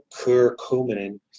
curcumin